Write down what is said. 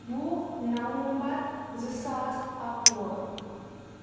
وُہ نَومبر زٕ ساس اَکوُہ